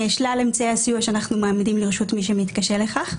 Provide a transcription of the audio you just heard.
בשלל אמצעי הסיוע שאנחנו מעמידים לרשות מי שמתקשה בכך.